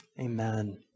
Amen